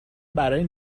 برای